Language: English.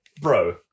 bro